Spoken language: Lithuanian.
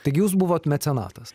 taigi jūs buvot mecenatas